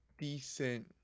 decent